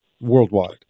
worldwide